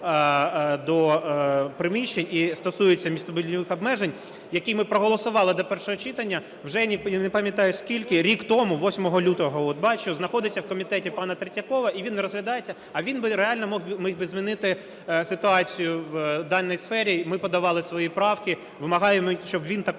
до приміщень, і стосується містобудівних обмежень, який ми проголосували до першого читання, вже не пам'ятаю, скільки, – рік тому 8 лютого, от бачу, знаходиться в комітеті пана Третьякова, і він не розглядається. А він реально міг би змінити ситуацію в даній сфері. Ми подавали свої правки, вимагаємо, щоб він також